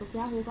तो क्या होगा